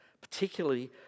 particularly